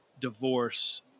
Divorce